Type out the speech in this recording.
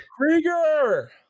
Krieger